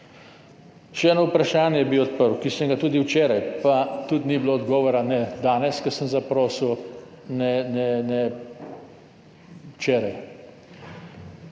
Še eno vprašanje bi odprl, ki sem ga tudi včeraj, pa tudi ni bilo odgovora, ne danes, ko sem zaprosil, ne včeraj.